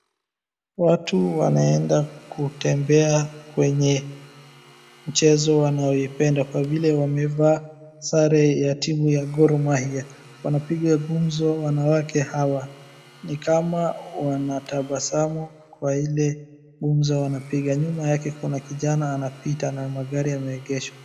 Watu wanaenda kutembea kwenye mchezo wanayoipenda kwa vile wamevaa sare ya timu ya gormaihia. Wanapiga gumzo wanawake hawa, ni kama wanatabasamu kwa ile gumzo wanapiga. Nyuma yake kuna kijana anapita na magari yameegeshwa.